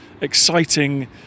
exciting